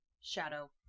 shadow